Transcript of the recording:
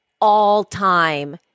all-time